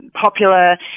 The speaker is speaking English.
popular